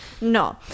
No